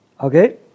Okay